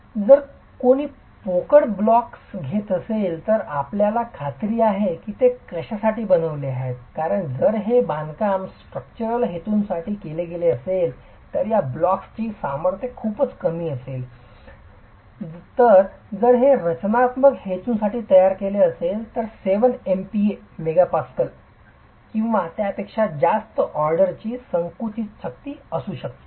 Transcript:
तर जर कोणी पोकळ ब्लॉक्स घेत असेल तर आपल्याला खात्री आहे की ते कशासाठी बनविले गेले आहे कारण जर हे बांधकाम स्ट्रक्चरल हेतूंसाठी केले गेले असेल तर या ब्लॉक्सची सामर्थ्य खूपच कमी असेल तर जर ते रचनात्मक हेतूंसाठी तयार केले गेले असेल तर 7 MPa किंवा त्यापेक्षा जास्त ऑर्डरची संकुचित शक्ती असू शकते